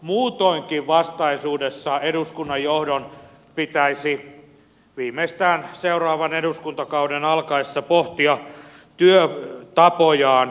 muutoinkin vastaisuudessa eduskunnan johdon pitäisi viimeistään seuraavan eduskuntakauden alkaessa pohtia työtapojaan